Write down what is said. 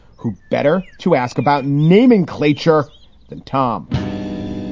who better to ask about naming culture than tom?